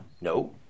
No